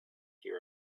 your